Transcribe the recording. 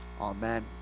amen